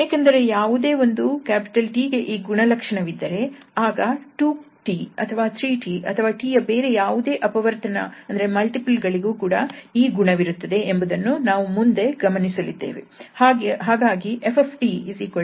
ಏಕೆಂದರೆ ಯಾವುದೇ ಒಂದು 𝑇 ಗೆ ಈ ಗುಣಲಕ್ಷಣವಿದ್ದರೆ ಆಗ 2𝑇 ಅಥವಾ 3𝑇 ಅಥವಾ 𝑇 ಯ ಬೇರೆ ಯಾವುದೇ ಅಪವರ್ತನ ಗಳಿಗೂ ಕೂಡ ಈ ಗುಣವಿರುತ್ತದೆ ಎಂಬುದನ್ನು ನಾವು ಮುಂದೆ ಗಮನಿಸಲಿದ್ದೇವೆ